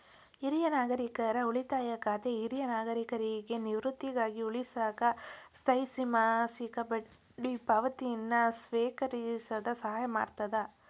ಹಿರಿಯ ನಾಗರಿಕರ ಉಳಿತಾಯ ಖಾತೆ ಹಿರಿಯ ನಾಗರಿಕರಿಗಿ ನಿವೃತ್ತಿಗಾಗಿ ಉಳಿಸಾಕ ತ್ರೈಮಾಸಿಕ ಬಡ್ಡಿ ಪಾವತಿನ ಸ್ವೇಕರಿಸಕ ಸಹಾಯ ಮಾಡ್ತದ